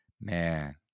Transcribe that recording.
Man